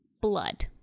blood